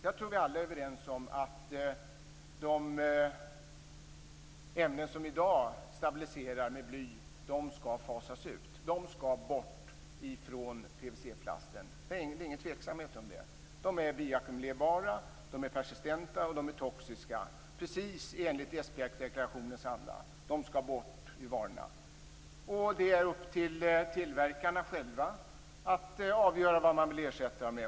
Jag tror att vi alla är överens om att de ämnen som vi i dag stabiliserar med bly skall fasas ut. De skall bort från PVC-plasten. Det råder ingen tveksamhet om det. De är biackumulerbara, de är persistenta och de är toxiska, precis i Esbjergdeklarationens anda. De skall bort ur varorna. Det är upp till tillverkarna själva att avgöra vad man vill ersätta dem med.